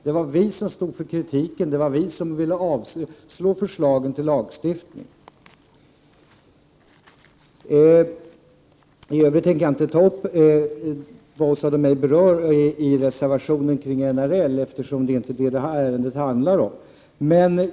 Det var ju vi som stod för kritiken, och det var vi som sade nej till den föreslagna lagstiftningen. I övrigt tänker jag inte kommentera Åsa Domeijs uttalande om reservationen beträffande NRL. Det är ju inte vad det här ärendet handlar om.